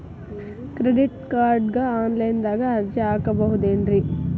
Credit ಕಾರ್ಡ್ಗೆ online ದಾಗ ಅರ್ಜಿ ಹಾಕ್ಬಹುದೇನ್ರಿ?